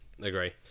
Agree